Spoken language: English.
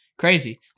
crazy